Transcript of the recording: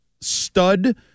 stud